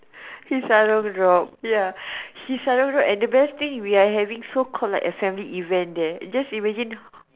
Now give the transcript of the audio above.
his sarong drop ya and his sarong and the best thing we are having so call a assembly event there just imagine